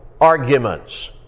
arguments